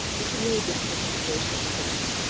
worked in really difficult situations. and,